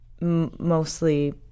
mostly